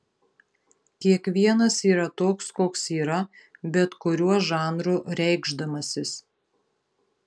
kiekvienas yra toks koks yra bet kuriuo žanru reikšdamasis